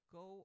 go